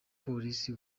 police